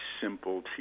simple